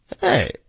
Hey